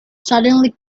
suddenly